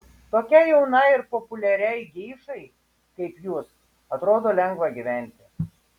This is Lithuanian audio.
tokiai jaunai ir populiariai geišai kaip jūs atrodo lengva gyventi